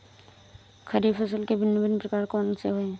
खरीब फसल के भिन भिन प्रकार कौन से हैं?